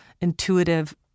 intuitive